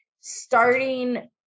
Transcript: starting